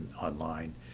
online